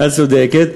את צודקת,